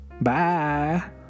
Bye